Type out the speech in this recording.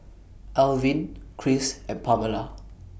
Elvin Chris and Pamella